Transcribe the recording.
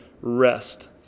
rest